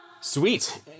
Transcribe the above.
Sweet